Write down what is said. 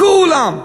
כולם,